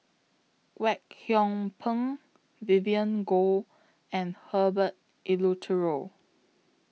Kwek Hong Png Vivien Goh and Herbert Eleuterio